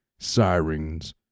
sirens